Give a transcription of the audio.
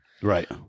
Right